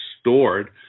stored